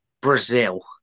Brazil